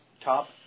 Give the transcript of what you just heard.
top